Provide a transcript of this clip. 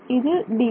இது Dx